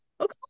okay